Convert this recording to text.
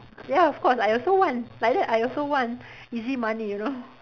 ya of course I also want like that I also want easy money you know